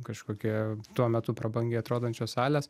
kažkokia tuo metu prabangiai atrodančios salės